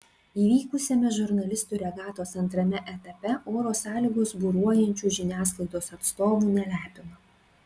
įvykusiame žurnalistų regatos antrame etape oro sąlygos buriuojančių žiniasklaidos atstovų nelepino